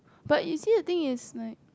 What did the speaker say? but you see the thing is like